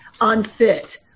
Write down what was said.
unfit